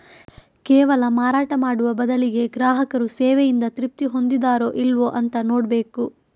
ಕೇವಲ ಮಾರಾಟ ಮಾಡುವ ಬದಲಿಗೆ ಗ್ರಾಹಕರು ಸೇವೆಯಿಂದ ತೃಪ್ತಿ ಹೊಂದಿದಾರೋ ಇಲ್ವೋ ಅಂತ ನೋಡ್ಬೇಕು